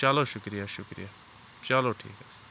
چلو شُکریا شُکریا چلو ٹھیٖک حظ